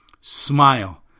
smile